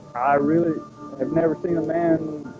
i really had never seen a man